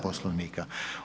Poslovnika.